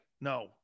No